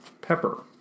pepper